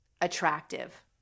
attractive